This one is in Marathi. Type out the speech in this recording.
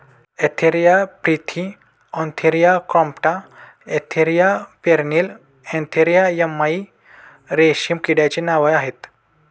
Antheraea frithi Antheraea compta Antheraea pernyi Antheraea yamamai रेशीम किड्याचे नाव आहे